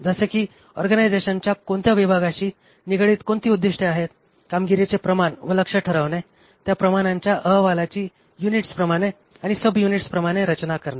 जसे की ऑर्गनायझेशनच्या कोणत्या विभागाशी निगडीत कोणती उद्दिष्टे आहेत कामगिरीचे प्रमाण व लक्ष्य ठरवणे त्या प्रमाणांच्या अहवालाची युनिट्सप्रमाणे आणि सबयुनिट्सप्रमाणे रचना करणे